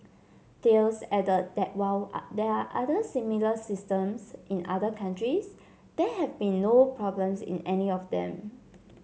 Thales added that while there are similar systems in other countries there have been no problems in any of them